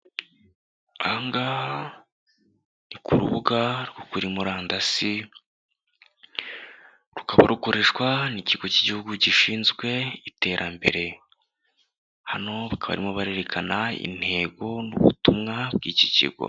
Aha ngaha ni ku rubuga rwo kuri murandasi, rukaba rukoreshwa n'ikigo cy'igihugu gishinzwe iterambere, hano bakaba barimo barerekana intego n'ubutumwa bw'iki kigo.